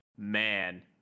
man